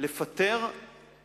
הלימודים לפטר מורים,